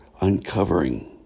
uncovering